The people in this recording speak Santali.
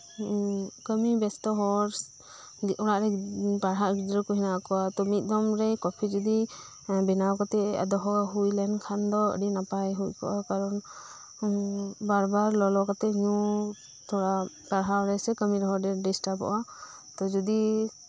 ᱠᱟᱢᱤ ᱵᱮᱥᱛᱚ ᱦᱚᱲ ᱚᱲᱟᱜ ᱨᱮ ᱯᱟᱲᱦᱟᱜ ᱜᱤᱫᱽᱨᱟᱹ ᱠᱚ ᱦᱮᱱᱟᱜ ᱠᱚᱣᱟ ᱛᱚ ᱢᱤᱫ ᱫᱚᱢ ᱨᱮ ᱠᱚᱯᱷᱤ ᱡᱚᱫᱤ ᱵᱮᱱᱟᱣ ᱠᱟᱛᱮᱫ ᱫᱚᱦᱚ ᱦᱳᱭ ᱞᱮᱱ ᱠᱷᱟᱱ ᱫᱚ ᱟᱰᱤ ᱱᱟᱯᱟᱭ ᱦᱳᱭ ᱠᱚᱜᱼᱟ ᱠᱟᱨᱚᱱᱵᱟᱨ ᱵᱟᱨ ᱞᱚᱞᱚ ᱠᱟᱛᱮᱫ ᱧᱩ ᱛᱷᱚᱲᱟ ᱯᱟᱲᱦᱟᱣ ᱥᱮ ᱠᱟᱢᱤ ᱨᱮᱦᱚᱸ ᱰᱤᱥᱴᱟᱵᱚᱜᱼᱟ ᱛᱚ ᱡᱚᱫᱤ